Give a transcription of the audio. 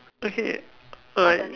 okay alright